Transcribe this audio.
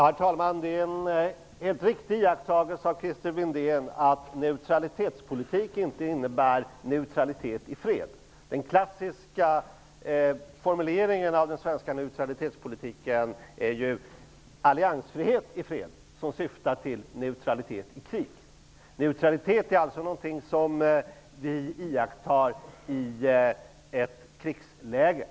Herr talman! Det är en helt riktig iakttagelse som Christer Windén gör, nämligen att neutralitetspolitik inte innebär neutralitet i fred. Den klassiska formuleringen av den svenska neutralitetspolitiken är ju alliansfrihet i fred som syftar till neutralitet i krig. Neutralitet är alltså någonting som vi iakttar i ett krigsläge.